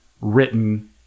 written